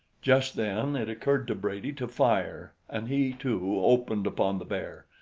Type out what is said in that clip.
just then it occurred to brady to fire and he, too, opened upon the bear,